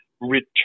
return